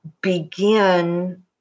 begin